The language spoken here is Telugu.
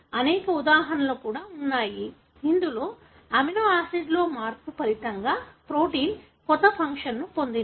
అనేక ఉదాహరణలు కూడా ఉన్నాయి ఇందులో అమినోఆసిడ్లో మార్పు ఫలితంగా ప్రోటీన్ కొత్త ఫంక్షన్ను పొందింది